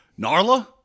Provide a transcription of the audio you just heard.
Narla